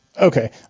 Okay